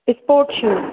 sport shoe